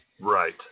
Right